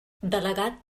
delegat